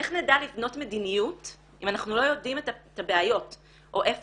איך נדע לבנות מדיניות אם אנחנו לא יודעים את הבעיות או איפה